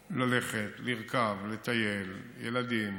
ללכת, לרכב, לטייל, ילדים,